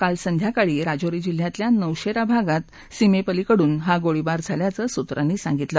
काल संध्याकाळी राजौरी जिल्ह्यातल्या नौशेरा भागात सीमेपलिकडून गोळीबार झाल्याचं सूत्रांनी सांगितलं